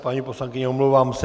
Paní poslankyně, omlouvám se.